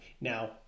Now